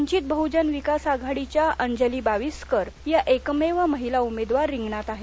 वंचित बहुजन विकास आघाडीच्या अंजली बाविस्कर या एकमेव महिला उमेदवार रिंगणार आहेत